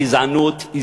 גזענות,